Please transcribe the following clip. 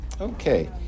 Okay